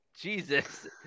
Jesus